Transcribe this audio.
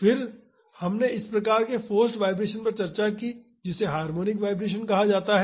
फिर हमने एक प्रकार के फोर्स्ड वाइब्रेशन पर चर्चा की जिसे हार्मोनिक वाइब्रेशन कहा जाता है